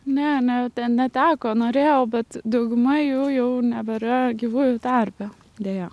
ne ne ten neteko norėjau bet dauguma jų jau nebėra gyvųjų tarpe deja